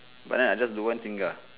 but then I just don't want Zinger